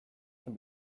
can